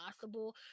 possible